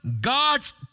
God's